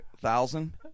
thousand